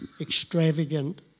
extravagant